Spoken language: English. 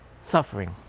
suffering